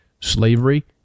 slavery